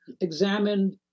examined